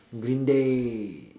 green day